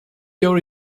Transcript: your